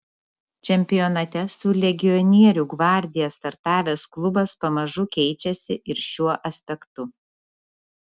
čempionate su legionierių gvardija startavęs klubas pamažu keičiasi ir šiuo aspektu